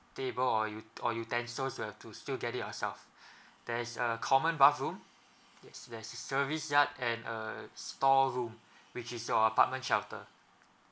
table or utensils you have to still get it yourself there's a common bathroom yes there's a service yard and a store room which is your apartment shelter